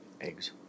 eggs